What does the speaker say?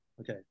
okay